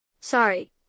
Sorry